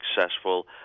successful